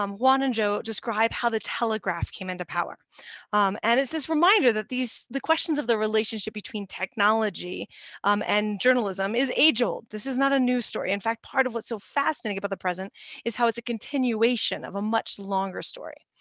um juan and joe describe how the telegraph came into power and its this reminder that the questions of the relationship between technology um and journalism is age-old. this is not a news story. in fact, part of what's so fascinating about the present is how it's a continuation of a much longer story.